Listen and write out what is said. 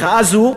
מחאה זו,